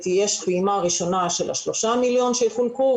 יש פעימה ראשונה של שלושה מיליון שיחולקו,